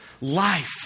life